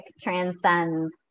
transcends